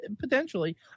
potentially